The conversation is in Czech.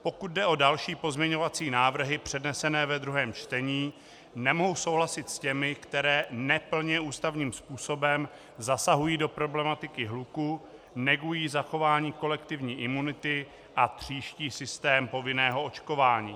Pokud jde o další pozměňovací návrhy přednesené ve druhém čtení, nemohu souhlasit s těmi, které ne plně ústavním způsobem zasahují do problematiky hluku, negují zachování kolektivní imunity a tříští systém povinného očkování.